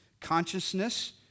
Consciousness